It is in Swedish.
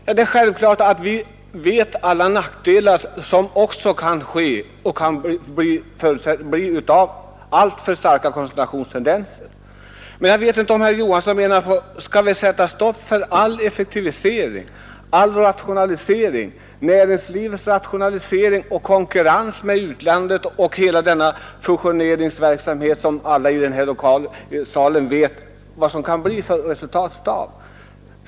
Vi vet självklart alla de nackdelar som kan följa av alltför starka koncentrationstendenser. Men skall vi sätta stopp för all effektivisering och all rationalisering? Alla i den här salen vet vad som skulle bli resultatet för vår konkurrens med utlandet om vi satte stopp för näringslivets rationalisering och för all fusioneringsverksamhet.